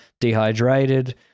dehydrated